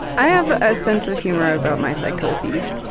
i have a sense of humor about my psychoses.